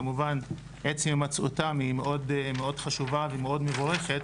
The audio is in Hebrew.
כמובן עצם הימצאותם היא מאוד חשובה ומאוד מבורכת,